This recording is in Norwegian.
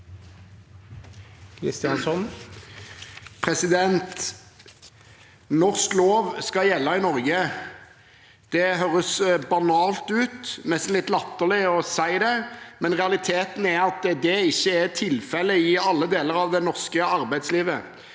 Norsk lov skal gjelde i Norge. Det høres banalt ut. Det er nesten litt latterlig å si det, men realiteten er at det ikke er tilfellet i alle deler av det norske arbeidslivet.